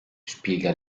spiega